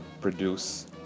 produce